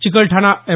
Chikalthana M